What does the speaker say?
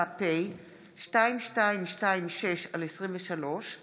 העשרים-ושלוש יום